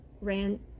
ran